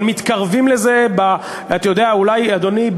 אבל מתקרבים לזה, אתה יודע, אדוני,